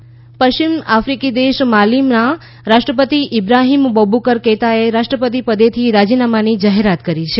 માલી પશ્ચિમ આફ્રિકી દેશ માલીના રાષ્ટ્રપતિ ઇબ્રાહીમ બૌબુકર કૈતાએ રાષ્ટ્રપતિપદેથી રાજીનામાની જાહેરાત કરી છે